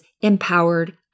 empowered